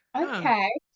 okay